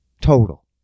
total